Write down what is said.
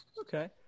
Okay